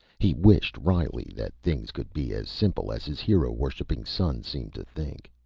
he wished wryly that things could be as simple as his hero-worshipping son seemed to think.